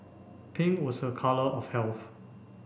pink was a colour of health